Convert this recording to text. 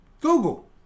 Google